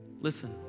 listen